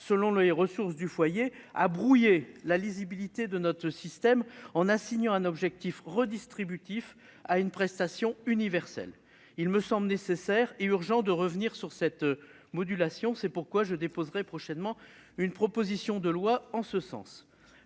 selon les ressources du foyer a brouillé la lisibilité de notre système, en assignant un objectif redistributif à une prestation universelle. Il me semble nécessaire et urgent de revenir sur cette modulation. C'est pourquoi je déposerai prochainement une proposition de loi en ce sens.